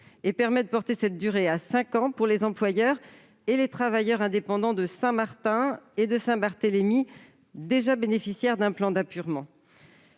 et permet de porter cette durée à cinq ans pour les employeurs et les travailleurs indépendants de Saint-Martin et de Saint-Barthélemy déjà bénéficiaires d'un plan d'apurement.